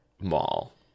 mall